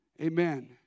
Amen